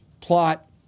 Plot